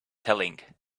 telling